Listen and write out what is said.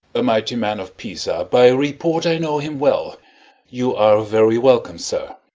a mighty man of pisa by report i know him well you are very welcome, sir.